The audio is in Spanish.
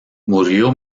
murió